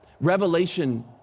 Revelation